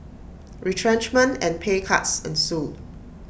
retrenchment and pay cuts ensued